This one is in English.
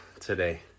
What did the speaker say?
today